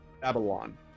Babylon